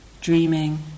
dreaming